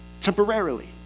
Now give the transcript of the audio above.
temporarily